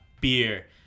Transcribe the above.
beer